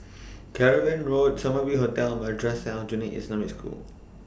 Cavan Road Summer View Hotel Madrasah Aljunied Al Islamic School